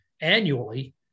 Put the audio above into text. annually